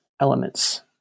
elements